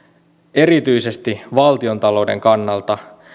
erityisesti valtiontalouden kannalta